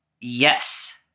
Yes